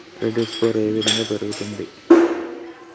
Credit score ఏ విధంగా పెరుగుతుంది?